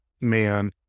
man